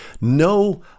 no